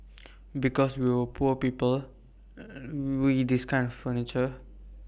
because we were poor people we this kind furniture